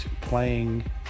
playing